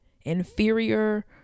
inferior